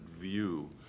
view